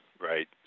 right